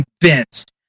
convinced